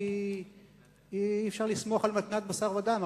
כי אי-אפשר לסמוך על מתנת בשר ודם?